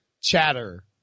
chatter